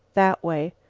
that way.